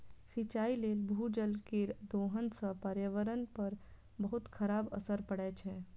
सिंचाइ लेल भूजल केर दोहन सं पर्यावरण पर बहुत खराब असर पड़ै छै